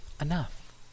enough